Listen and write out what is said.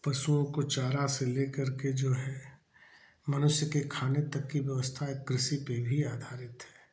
पशुओं को चारा से लेकर के जो है मनुष्य के खाने तक की व्यवस्था कृषि पर भी आधारित है